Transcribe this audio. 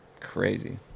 crazy